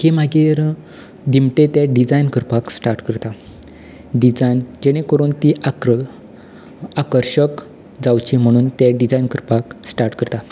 की मागीर दिमटे ते डिजायन करपाक स्टाट करता डिजायन जेणे करून ती आकृती आकर्शक जावची म्हणून ते डिजायन करपाक स्टाट करतात